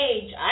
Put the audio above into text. age